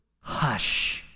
hush